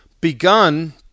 begun